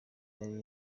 yari